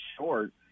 short